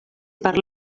per